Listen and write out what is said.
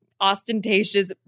ostentatious